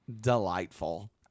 delightful